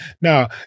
Now